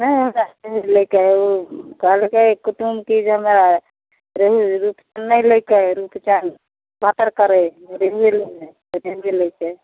नहि हमरा ई नहि लैके अइ ओ कहलकै कुटुम की जे हमरा रेहुए नहि लैके अइ रुकि जाही बाँतर करै रेहुए लिहे तऽ रेहुए लै छिऐ